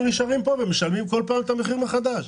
נשארים פה ומשלמים כל פעם את המחיר מחדש.